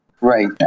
Right